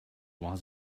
was